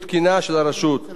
סוכם בין ראש הממשלה,